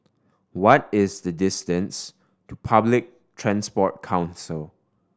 what is the distance to Public Transport Council